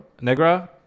negra